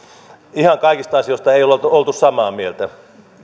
ihan kaikista asioista ei olla oltu samaa mieltä